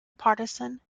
partisan